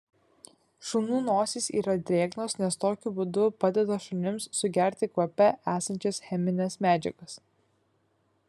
šunų nosys yra drėgnos nes tokiu būdu padeda šunims sugerti kvape esančias chemines medžiagas